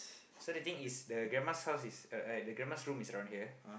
so the thing is the grandma's house is the grandma's room is around here